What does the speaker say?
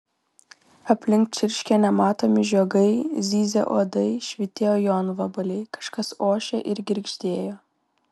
aplink čirškė nematomi žiogai zyzė uodai švytėjo jonvabaliai kažkas ošė ir girgždėjo